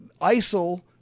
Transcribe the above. ISIL